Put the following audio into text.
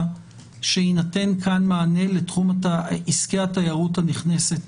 שיינתן כאן מענה לתחום עסקי התיירות הנכנסת.